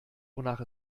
wonach